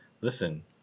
listen